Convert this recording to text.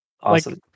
Awesome